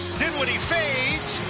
dinwiddie fades.